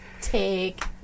take